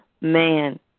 man